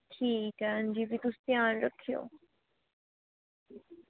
ठीक ऐ हां जी फिर तुस ध्यान रक्खेओ